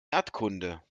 erdkunde